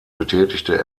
betätigte